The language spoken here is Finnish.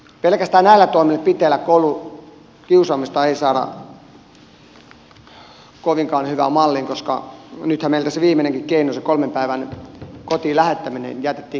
pelkästään näillä toimenpiteillä koulukiusaamista ei saada kovinkaan hyvään malliin koska nythän meiltä se viimeinenkin keino se kolmen päivän kotiin lähettäminen jätettiin käyttämättä